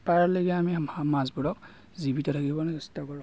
পাৰালৈকে আমি মাছবোৰক জীৱিত ৰাখিবলৈ চেষ্টা কৰোঁ